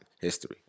history